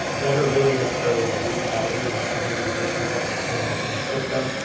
what are really necessarily the root causes of some of these issues that we're seeing within the system,